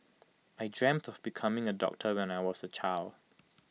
I dreamt of becoming A doctor when I was A child